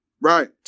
Right